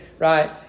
right